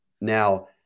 Now